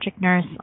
nurse